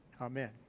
Amen